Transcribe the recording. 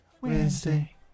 Wednesday